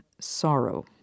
sorrow